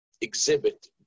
exhibit